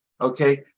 Okay